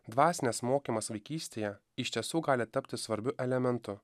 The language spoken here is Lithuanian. dvasinis mokymas vaikystėje iš tiesų gali tapti svarbiu elementu